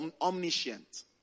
omniscient